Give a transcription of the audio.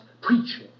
preaching